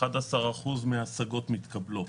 11% מן ההשגות מתקבלות.